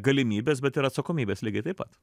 galimybes bet ir atsakomybes lygiai taip pat